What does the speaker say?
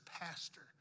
pastor